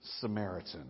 Samaritan